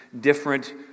different